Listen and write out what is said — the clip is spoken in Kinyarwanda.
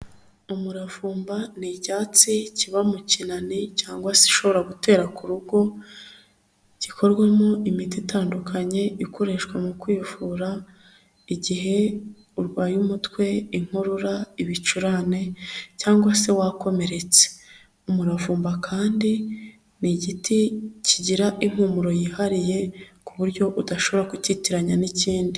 Umuravumba n'icyatsi kiba mu kinani cyangwa se ushobora gutera ku rugo, gikorwamo imiti itandukanye ikoreshwa mu kwivura igihe urwaye umutwe, inkorora, ibicurane cyangwa se wakomeretse. Umuravumba kandi n'igiti kigira impumuro yihariye ku buryo udashobora kukitiranya n'ikindi.